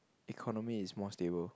economy is more stable